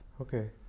Okay